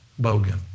Bogan